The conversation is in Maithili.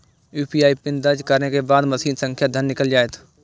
यू.पी.आई पिन दर्ज करै के बाद मशीन सं धन निकैल जायत